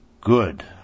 Good